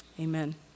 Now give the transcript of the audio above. Amen